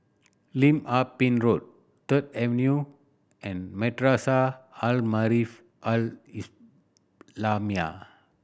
Lim Ah Pin Road Third Avenue and Madrasah Al Maarif Al Islamiah